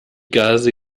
gase